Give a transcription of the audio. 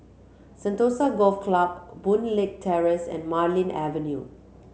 Sentosa Golf Club Boon Leat Terrace and Marlene Avenue